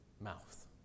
mouth